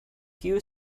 few